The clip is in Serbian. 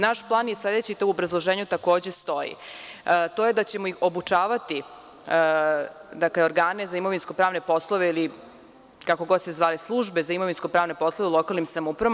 Naš plan je sledeći, što u obrazloženju takođe stoji, a to je da ćemo obučavati organe za imovinsko-pravne poslove ili kako god se zvali, službe za imovinsko-pravne poslove u lokalnim samoupravama.